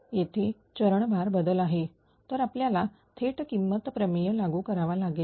तेथे चरणभार बदल आहे तर आपल्याला थेट किंमत प्रमेय लागू करावा लागेल